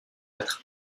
être